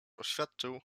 oświadczył